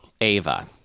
Ava